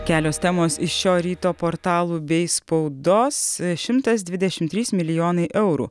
kelios temos iš šio ryto portalų bei spaudos šimtas dvidešimt trys milijonai eurų